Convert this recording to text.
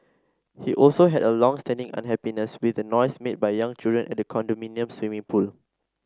he also had a long standing unhappiness with the noise made by young children at the condominium's swimming pool